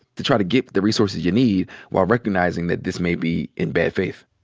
to try to get the resources you need while recognizing that this may be in bad faith?